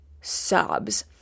sobs